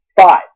five